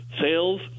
sales